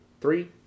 Three